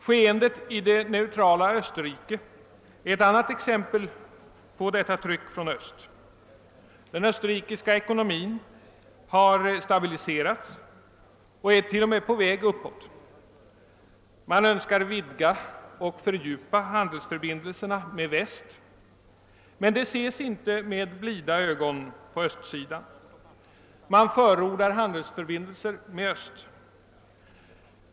Skeendel i det neutrala Österrike är ett annat exempel på detta tryck från Öst. Den österrikiska ekonomin har stabiliserats och är t.o.m. på väg uppåt. Man önskar vidga och fördjupa handelsförbindelserna med Väst, men det ses inte med blida ögon på Östsidan. Man förordar handelsförbindelser med Öst.